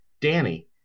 Danny